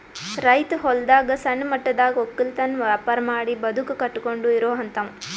ರೈತ್ ಹೊಲದಾಗ್ ಸಣ್ಣ ಮಟ್ಟದಾಗ್ ವಕ್ಕಲತನ್ ವ್ಯಾಪಾರ್ ಮಾಡಿ ಬದುಕ್ ಕಟ್ಟಕೊಂಡು ಇರೋಹಂತಾವ